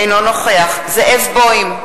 אינו נוכח זאב בוים,